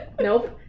Nope